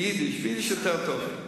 ביידיש, ביידיש יותר טוב.